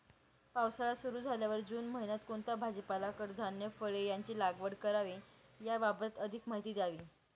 पावसाळा सुरु झाल्यावर जून महिन्यात कोणता भाजीपाला, कडधान्य, फळे यांची लागवड करावी याबाबत अधिक माहिती द्यावी?